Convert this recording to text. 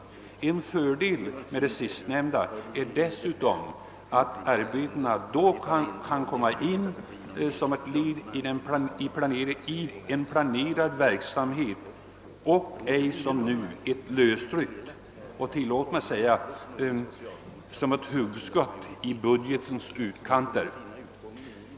En fördel med det sistnämnda är dessutom att arbetena då kan komma in som ett led i en planerad verksamhet och ej som ett lösryckt — tillåt mig säga det — hugskott i budgetens utkanter.